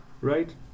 right